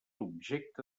objecte